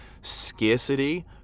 scarcity